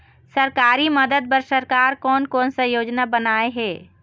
सरकारी मदद बर सरकार कोन कौन सा योजना बनाए हे?